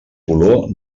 color